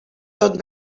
tot